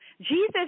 Jesus